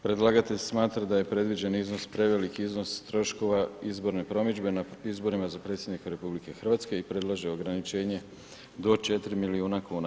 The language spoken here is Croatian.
Predlagatelj smatra da je predviđen iznos prevelik iznos troškova izborne promidžbe na izborima za predsjednika RH i predlaže ograničenje do 4 milijuna kuna.